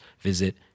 visit